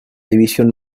división